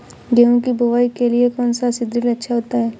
गेहूँ की बुवाई के लिए कौन सा सीद्रिल अच्छा होता है?